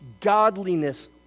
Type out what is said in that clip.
godliness